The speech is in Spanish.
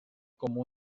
como